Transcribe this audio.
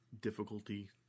difficulty